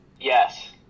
Yes